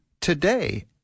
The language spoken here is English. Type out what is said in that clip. today